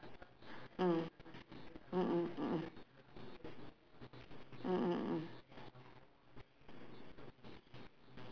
because it's expensive but ah fine dining but then uh they said my friend told me ah it's really uh worth the money ah